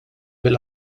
bil